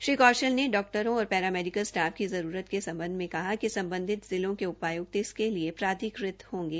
श्री कौशल ने डॉक्टरों और पैरामेडिकल स्टाफ की जरूरत के संबंध में कहा कि संबंधित जिला के उपाय्क्त इसके लिए प्राधिकृत होंगे